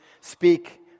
speak